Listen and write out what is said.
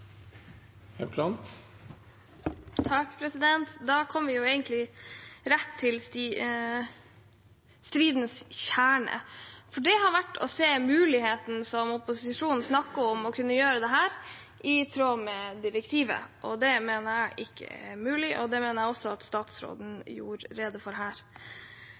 Da kommer vi jo egentlig rett til stridens kjerne. Det har vært å se muligheten som opposisjonen snakker om for å kunne gjøre dette i tråd med direktivet. Det mener jeg ikke er mulig, og det mener jeg også at statsråden gjorde rede for her.